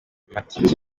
amatike